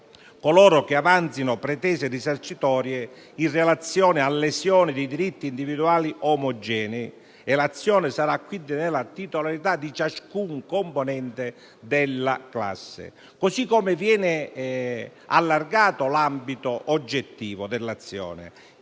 coloro che avanzino pretese risarcitorie in relazione a lesioni di diritti individuali omogenei. L'azione sarà quindi nella titolarità di ciascun componente della classe. Viene altresì allargato l'ambito oggettivo dell'azione,